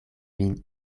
vin